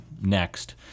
next